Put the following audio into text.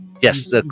Yes